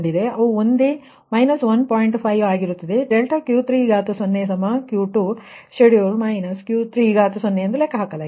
5 ಆಗಿರುತ್ತದೆ∆Q3Q2 schedule minus Q3ಎಂದು ಲೆಕ್ಕಹಾಕಲಾಗಿದೆ